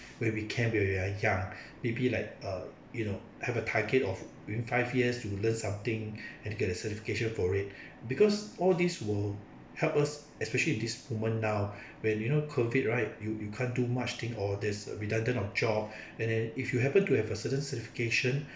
where we can be when we are young may be like uh you know have a target of within five years to learn something and get a certification for it because all these will help us especially in this moment now when you know COVID right you you can't do much thing or there's a redundant of job and then if you happen to have a certain certification